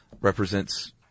represents